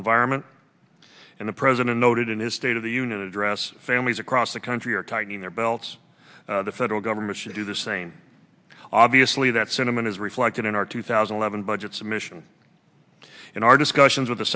environment and the president noted in his state of the union address families across the country are tightening their belts the federal government should do the same obviously that sentiment is reflected in our two thousand and seven budget submission in our discussions with the